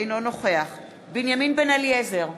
אינו נוכח בנימין בן-אליעזר,